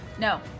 No